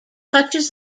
touches